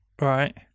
Right